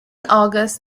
august